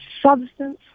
substance